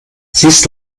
siehst